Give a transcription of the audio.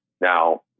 Now